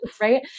right